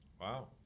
wow